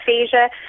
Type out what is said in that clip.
aphasia